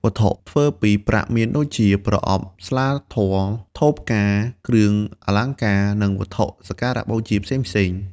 វត្ថុធ្វើពីប្រាក់មានដូចជា ប្រអប់ស្លាធម៌ ថូផ្កា គ្រឿងអលង្ការ និង វត្ថុសក្ការៈបូជា ផ្សេងៗ។